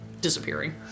disappearing